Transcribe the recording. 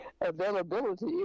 availability